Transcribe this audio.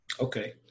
Okay